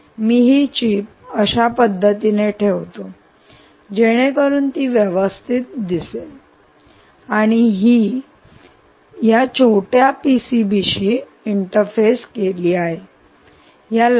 मी ही चिप अशा पद्धतीने ठेवतो जेणेकरुन ती व्यवस्थित दिसेल आणि ही चिप या छोट्या पीसीबीशी इंटरफेस केली आहे